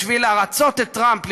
בשביל לרצות את טראמפ,